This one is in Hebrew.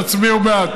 תצביעו בעד.